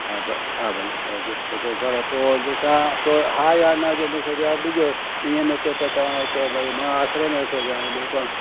हा ब हा भले कराइजो जेको पर पोइ जो तव्हां पोइ हा या न जो मुखे जवाब ॾिजो ईअं न थिए त तव्हां चओ भई मां आसिरे में वेठो हुजां ऐं ॿियो कमु